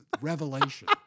revelation